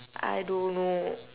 I don't know